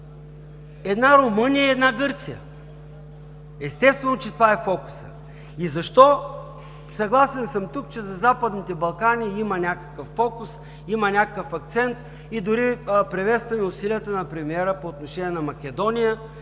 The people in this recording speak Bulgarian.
една Румъния и една Гърция. Естествено, че това е фокусът. Защо? Съгласен съм тук, че за Западните Балкани има някакъв фокус, има някакъв акцент и дори приветстваме усилията на премиера по отношение на Македония.